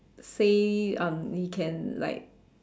say um he can like